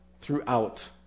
throughout